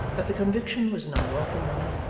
that the conviction was an unwelcome one,